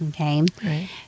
okay